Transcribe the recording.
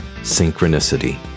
synchronicity